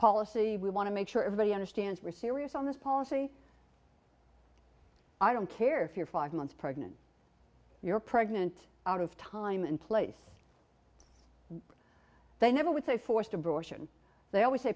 policy we want to make sure everybody understands we're serious on this policy i don't care if you're five months pregnant you're pregnant out of time and place they never would say forced abortion they always say